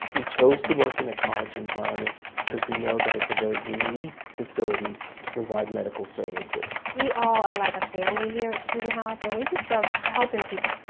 we chose to work in a college environment because we know that it's a very unique facility to provide medical services. we all are like a family here at student health and we just love helping people.